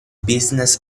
business